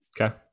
okay